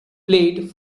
played